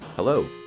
Hello